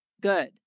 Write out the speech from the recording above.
good